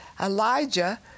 Elijah